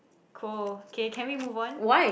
cool K can we move on